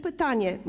Pytanie.